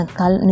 kal